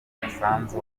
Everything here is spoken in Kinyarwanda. umusanzu